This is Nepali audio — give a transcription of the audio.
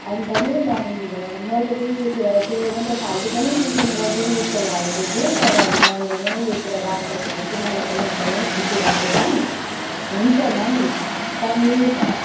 अन्त नि म्याम मैले पनि यो कुरा चाहिँ म त फाल्टो पनि ट्युसन गरिदिउँ जस्तो लागेको थियो तर अब म्यामले नै यो कुरा राख्दाखेरि चाहिँ मलाई पनि एकदमै खुसी लाग्यो म्याम हुन्छ म्याम टाइम मिल्छ